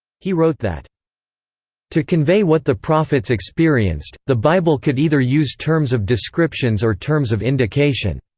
he wrote that to convey what the prophets experienced, the bible could either use terms of descriptions or terms of indication.